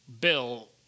bill